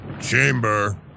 chamber-